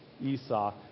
Esau